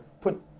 put